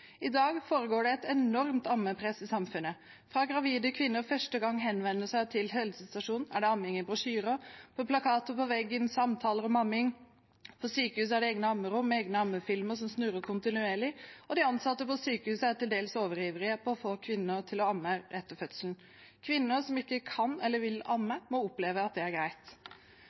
I dag foregår det et enormt ammepress i samfunnet. Fra første gang gravide henvender seg til helsestasjonen, er det amming i brosjyrer, på plakater på veggen og samtaler om amming. På sykehus er det egne ammerom med egne ammefilmer som snurrer kontinuerlig, og de ansatte på sykehus er til dels overivrige etter å få kvinner til å amme etter fødselen. Kvinner som ikke kan eller vil amme, må oppleve at det er greit.